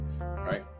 right